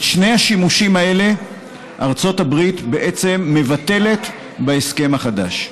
את שני השימושים הללו ארצות הברית בעצם מבטלת בהסכם החדש.